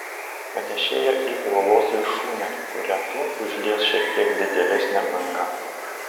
panėšėjo į uolos viršūnę kurią tuoj užlies šiek tiek didėlesnė banga